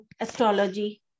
astrology